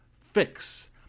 fix